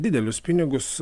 didelius pinigus